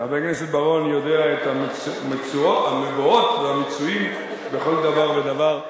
חבר הכנסת בר-און יודע את המבואות והמוצאות בכל דבר ודבר,